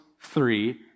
three